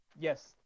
yes